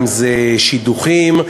אם שידוכים,